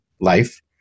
life